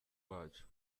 bacu